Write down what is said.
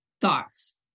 thoughts